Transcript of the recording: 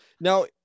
Now